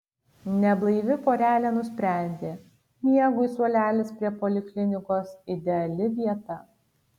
neblaivi porelė nusprendė miegui suolelis prie poliklinikos ideali vieta